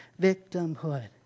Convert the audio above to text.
victimhood